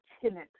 tenant